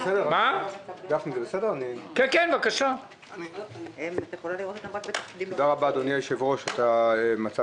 אני רוצה לומר כדלהלן: הייתה כאן בוועדה העברה של נציבות שירות המדינה.